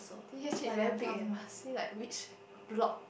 T_T_S_H very big leh must see like which block